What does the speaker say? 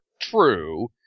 true